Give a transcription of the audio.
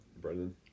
Brendan